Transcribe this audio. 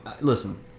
listen